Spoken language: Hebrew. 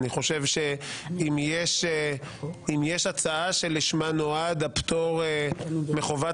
אני חושב שאם יש הצעה שלשמה נועד הפטור מחובת